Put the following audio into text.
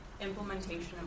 implementation